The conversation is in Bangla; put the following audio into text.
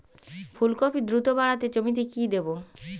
ফুলকপি দ্রুত বাড়াতে জমিতে কি দেবো?